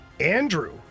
andrew